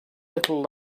little